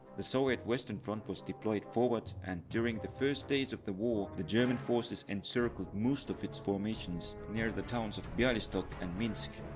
the soviet western front was deployed forward and during the first days of the war the german forces encircled most of its formations near the towns of bialystock and minsk.